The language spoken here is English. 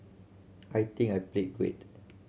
I think I played great